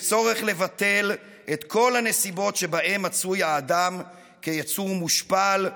יש צורך לבטל את כל הנסיבות שבהן מצוי האדם כיצור מושפל,